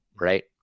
right